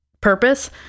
purpose